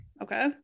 Okay